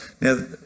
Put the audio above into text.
Now